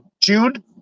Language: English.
june